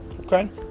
Okay